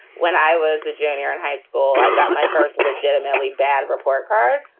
when i was a junior in high school, i got my first legitimately bad report card.